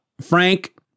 Frank